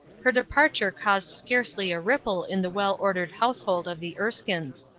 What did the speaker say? her departure caused scarcely a ripple in the well-ordered household of the erskines.